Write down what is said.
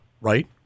right